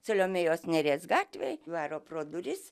saliomėjos nėries gatvėj varo pro duris